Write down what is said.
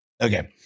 Okay